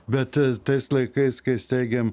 bet tais laikais kai steigėm